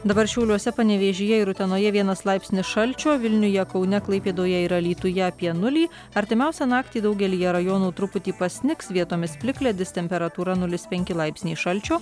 dabar šiauliuose panevėžyje ir utenoje vienas laipsnis šalčio vilniuje kaune klaipėdoje ir alytuje apie nulį artimiausią naktį daugelyje rajonų truputį pasnigs vietomis plikledis temperatūra nulis penki laipsniai šalčio